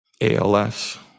ALS